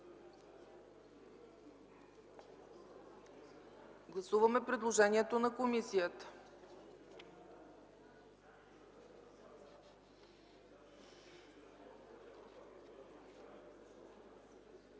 Гласуваме предложението на комисията.